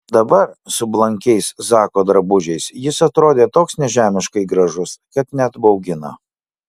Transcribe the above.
dabar su blankiais zako drabužiais jis atrodė toks nežemiškai gražus kad net baugino